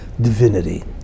divinity